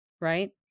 right